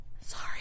sorry